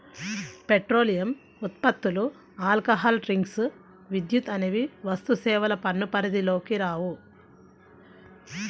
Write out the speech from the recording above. petroleum ఉత్పత్తులు, alcohol drinks, విద్యుత్ అనేవి వస్తుసేవల పన్ను పరిధిలోకి రావు